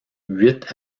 huit